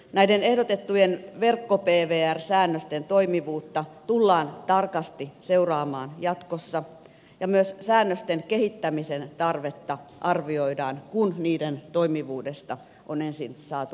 näiden ehdotettujen verkko pvr säännösten toimivuutta tullaan tarkasti seuraamaan jatkossa ja myös säännösten kehittämisen tarvetta arvioidaan kun niiden toimivuudesta on ensin saatu kokemusta